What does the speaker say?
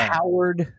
Howard